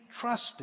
trusted